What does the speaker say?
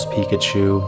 Pikachu